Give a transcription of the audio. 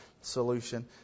solution